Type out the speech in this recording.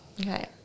Okay